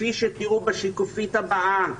כפי שתיראו בשקופית הבאה.